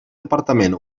departament